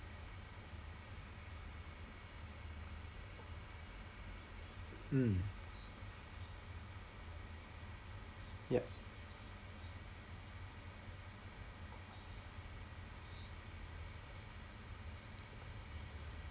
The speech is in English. mm ya